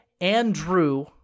Andrew